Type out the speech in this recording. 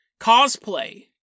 cosplay